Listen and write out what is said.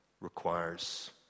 requires